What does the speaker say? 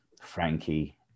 frankie